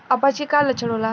अपच के का लक्षण होला?